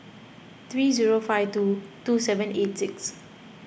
three zero five two two seven eight six